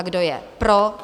Kdo je pro?